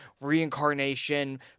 reincarnation